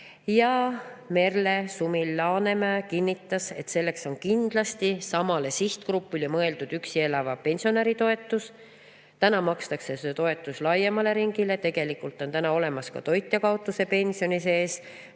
Merle Sumil-Laanemaa kinnitas, et selleks on kindlasti samale sihtgrupile mõeldud üksi elava pensionäri toetus. Praegu makstakse seda toetust laiemale ringile. Tegelikult on täna olemas toitjakaotuspensioni sees